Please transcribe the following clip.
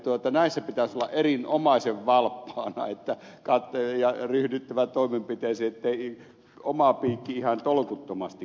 näissä pitäisi olla erinomaisen valppaana ja ryhtyä toimenpiteisiin ettei oma piikki ihan tolkuttomasti